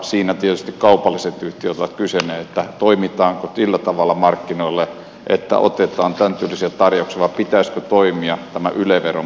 siinä tietysti kaupalliset yhtiöt ovat kysyneet toimitaanko sillä tavalla markkinoilla että otetaan tämän tyylisiä tarjouksia vai pitäisikö toimia tämän yle veron puitteissa